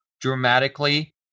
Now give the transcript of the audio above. dramatically